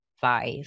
five